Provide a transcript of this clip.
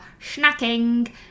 snacking